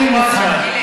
אני רוצה,